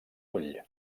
ull